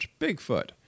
Bigfoot